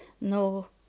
no